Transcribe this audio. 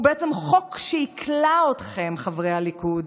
הוא בעצם חוק שיכלא אתכם, חברי הליכוד,